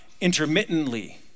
intermittently